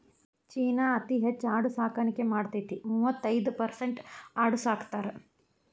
ಚೇನಾ ಅತೇ ಹೆಚ್ ಆಡು ಸಾಕಾಣಿಕೆ ಮಾಡತತಿ, ಮೂವತ್ತೈರ ಪರಸೆಂಟ್ ಆಡು ಸಾಕತಾರ